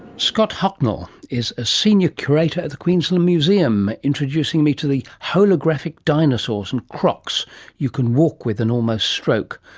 scott hocknull is a senior curator at the queensland museum, introducing me to the holographic dinosaurs and crocs you can walk with and almost stroke,